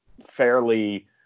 fairly